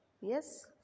Yes